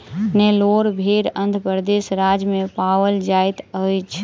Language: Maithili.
नेल्लोर भेड़ आंध्र प्रदेश राज्य में पाओल जाइत अछि